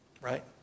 right